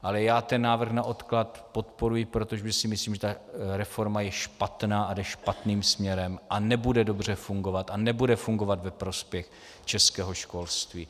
Ale já ten návrh na odklad podporuji, protože si myslím, že ta reforma je špatná a jde špatným směrem a nebude dobře fungovat a nebude fungovat ve prospěch českého školství.